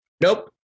Nope